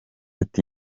ati